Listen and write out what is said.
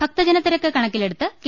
ഭക്തജനത്തിരക്ക് കണക്കി ലെടുത്ത് കെ